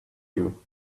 you